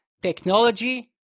Technology